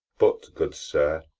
but, good sir,